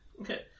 Okay